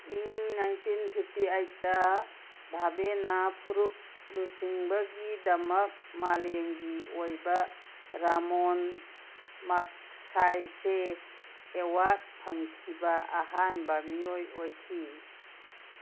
ꯏꯪ ꯅꯥꯏꯟꯇꯤꯟ ꯐꯤꯞꯇꯤꯑꯩꯠꯇ ꯚꯥꯕꯦꯅ ꯐꯨꯔꯨꯞ ꯂꯨꯆꯤꯡꯕꯒꯤꯗꯃꯛ ꯃꯥꯂꯦꯝꯒꯤ ꯑꯣꯏꯕ ꯔꯥꯃꯣꯟ ꯃꯥꯛꯁꯥꯏꯁꯦ ꯑꯦꯋꯥꯔꯠ ꯐꯪꯈꯤꯕ ꯑꯍꯥꯟꯕꯥ ꯃꯤꯑꯣꯏ ꯑꯣꯏꯈꯤ